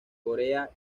corea